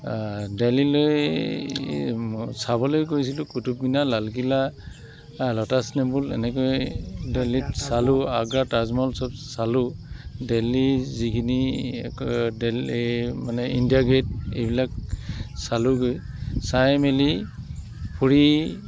দেলহিলৈ মই চাবলৈ গৈছিলোঁ কুটুবমিনাৰ লালকিল্লা লোটাচ টেম্পল এনেকৈ দেলহিত চালোঁ আগ্ৰাত তাজমহল চব চালোঁ দেলহিৰ যিখিনি আকৌ দেলহি মানে ইণ্ডিয়া গেট এইবিলাক চালোঁগৈ চাই মেলি ফুৰি